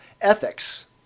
ethics